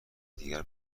دیگه